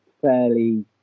fairly